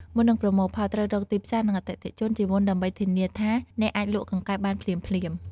មុននឹងប្រមូលផល ត្រូវរកទីផ្សារ និង អតិថិជន ជាមុនដើម្បីធានាថាអ្នកអាចលក់កង្កែបបានភ្លាមៗ។